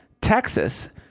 Texas